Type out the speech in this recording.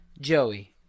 Joey